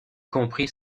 comprit